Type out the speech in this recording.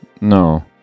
No